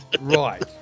right